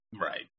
Right